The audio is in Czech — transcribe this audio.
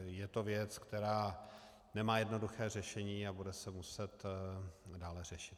Je to věc, která nemá jednoduché řešení a bude se muset dále řešit.